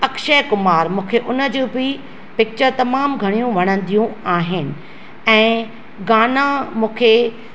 अक्षय कुमार मूंखे उन जूं बि पिचर तमामु घणियूं वणंदियू आहिनि ऐं गाना मूंखे